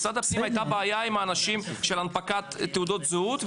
משרד הפנים הייתה בעיה של אנשים עם הנפקת תעודות זהות.